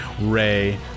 ray